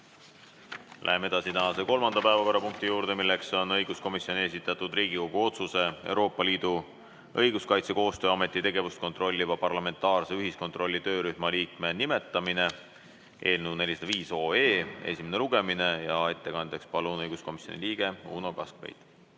Läheme edasi tänase kolmanda päevakorrapunkti juurde, milleks on õiguskomisjoni esitatud Riigikogu otsuse "Euroopa Liidu Õiguskaitsekoostöö Ameti tegevust kontrolliva parlamentaarse ühiskontrolli töörühma liikme nimetamine" eelnõu 405 esimene lugemine. Ettekandeks palun õiguskomisjoni liikme Uno Kaskpeidi!